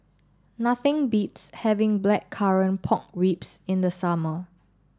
nothing beats having Blackcurrant Pork Ribs in the summer